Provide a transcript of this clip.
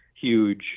huge